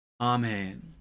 Amen